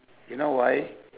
you know why